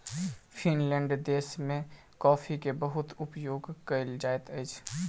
Finland देश में कॉफ़ीक बहुत उपयोग कयल जाइत अछि